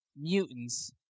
Mutants